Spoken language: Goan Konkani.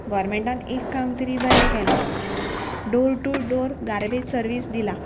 गोरमेंटान एक काम तरी बरें केलां door to door garbage service दिला